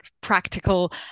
practical